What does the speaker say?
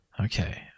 Okay